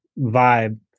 vibe